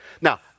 Now